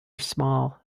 small